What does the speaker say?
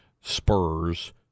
Spurs